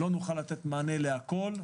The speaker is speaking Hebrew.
לא נוכל לתת מענה לכל,